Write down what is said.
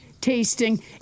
tasting